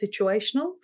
situational